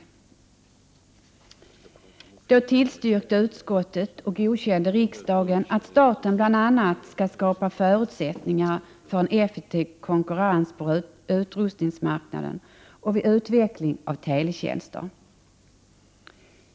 Utskottet tillstyrkte och riksdagen godkände att staten bl.a. skulle skapa förutsättningar för en effektiv konkurrens på utrustningsmarknaden och vid utveckling av teletjänster.